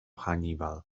hannibal